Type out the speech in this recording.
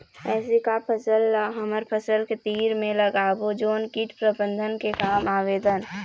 ऐसे का फसल ला हमर फसल के तीर मे लगाबो जोन कीट प्रबंधन के काम आवेदन?